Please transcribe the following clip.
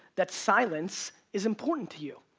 that silence is important to you.